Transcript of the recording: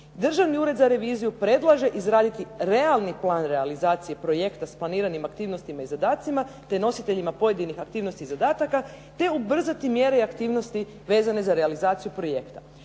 Državni ured za reviziju predlaže izraditi realni plan realizacije projekta s planiram aktivnostima i zadacima te nositeljima pojedinih aktivnosti i zadataka te ubrzati mjere i aktivnosti vezane za realizaciju projekta.